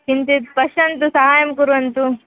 किञ्चित् पश्यन्तु साहाय्यं कुर्वन्तु